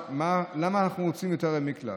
למה אנחנו מוצאים יותר ערי מקלט?